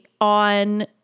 on